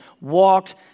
walked